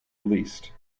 released